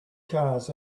cars